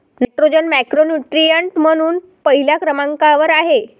nitrogen macronutrient म्हणून पहिल्या क्रमांकावर आहे